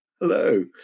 Hello